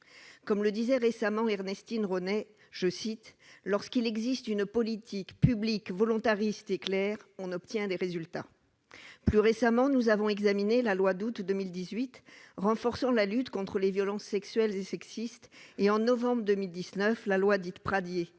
Comme le disait récemment Ernestine Ronai, « lorsqu'il existe une politique publique, volontariste et claire, on obtient des résultats ». Plus récemment, nous avons examiné la loi du 3 août 2018 renforçant la lutte contre les violences sexuelles et sexistes et, en novembre 2019, la loi visant à agir